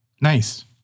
Nice